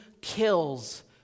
kills